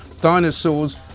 dinosaurs